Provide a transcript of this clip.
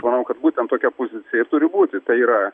manau kad būtent tokia pozicija ir turi būti tai yra